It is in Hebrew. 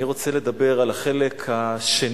אני רוצה לדבר על החלק השני,